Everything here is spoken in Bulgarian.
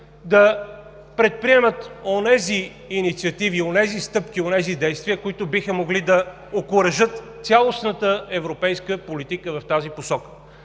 да предприеме онези инициативи, онези стъпки, онези действия, които биха могли да окуражат цялостната европейска политика в тази посока.